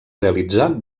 realitzar